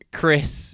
Chris